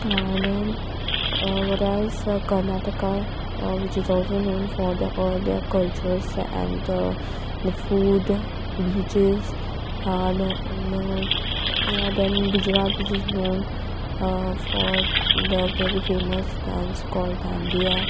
then what else Karnataka which is also known for their cultures and the food beaches then then Gujarat which is known for the very famous dance called dandiya